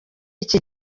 iki